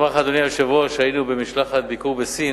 אדוני היושב-ראש, היינו במשלחת ביקור בסין,